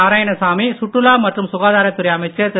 நாராயணசாமி சுற்றுலா மற்றும் சுகாதாரத் துறை அமைச்சர் திரு